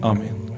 Amen